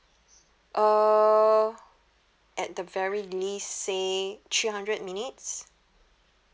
uh at the very least say three hundred minutes